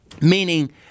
Meaning